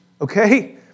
okay